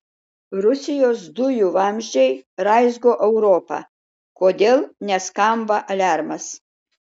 rusijos dujų vamzdžiai raizgo europą kodėl neskamba aliarmas